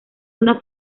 una